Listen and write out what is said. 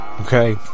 okay